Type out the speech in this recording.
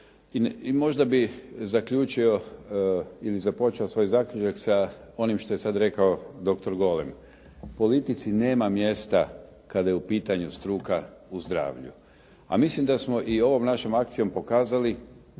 ili započeo svoj zaključak sa onim što je sad rekao dr. Golem. Politici nema mjesta kada je u pitanju struka u zdravlju, a mislim da smo i ovom našom akcijom pokazali